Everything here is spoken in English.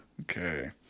okay